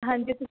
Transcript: ਹਾਂਜੀ ਤੁ